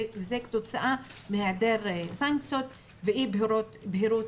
וזה כתוצאה מהיעדר סנקציות ואי בהירות